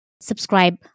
subscribe